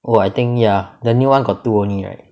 oh I think ya the new [one] got two only right